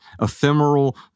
ephemeral